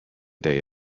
day